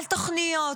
על תוכניות,